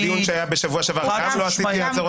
בדיון שהיה בשבוע שעבר גם לא עשיתי הצהרות פתיחה.